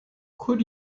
could